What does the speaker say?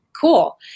cool